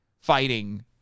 fighting